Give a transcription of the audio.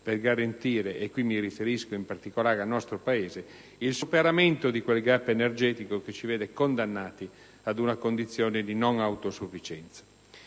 per garantire, e qui mi riferisco in particolare al nostro Paese, il superamento di quel *gap* energetico che ci vede condannati ad una condizione di non autosufficienza.